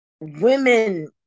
women